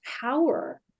power